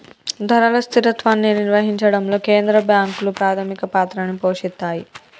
ధరల స్థిరత్వాన్ని నిర్వహించడంలో కేంద్ర బ్యాంకులు ప్రాథమిక పాత్రని పోషిత్తాయ్